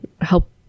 help